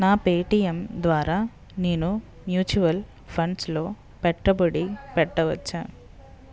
నా పేటిఎమ్ ద్వారా నేను మ్యూచ్యువల్ ఫండ్స్లో పెట్టుబడి పెట్టవచ్చా